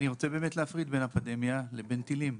אני רוצה להפריד בין פנדמיה לבין טילים.